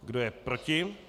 Kdo je proti?